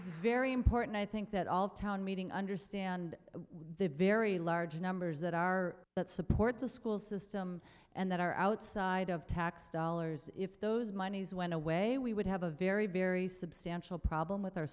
very important i think that all town meeting understand the very large numbers that are that support the school system and that are outside of tax dollars if those monies went away we would have a very very substantial problem with our